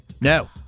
No